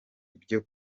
byo